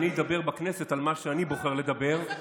אבל אני אדבר בכנסת על מה שאני בוחר לדבר,